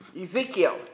Ezekiel